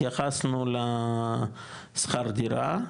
התייחסנו לשכר דירה,